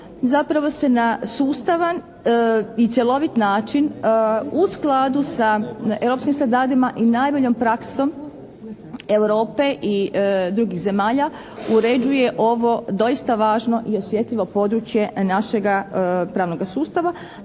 zapravo se na sustavan i cjelovit način u skladu sa europskim standardima i najboljom praksom Europe i drugih zemalja uređuje ovo doista važno i osjetljivo područje našega pravnoga sustava,